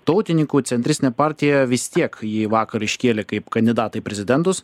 tautininkų centristinė partija vis tiek jį vakar iškėlė kaip kandidatą į prezidentus